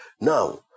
Now